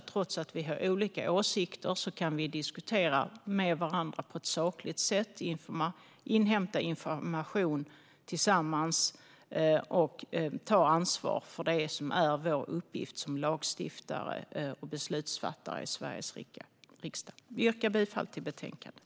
Trots att vi har olika åsikter kan vi diskutera med varandra på ett sakligt sätt, inhämta information tillsammans och ta ansvar för det som är vår uppgift som lagstiftare och beslutsfattare i Sveriges riksdag. Jag yrkar bifall till förslaget i betänkandet.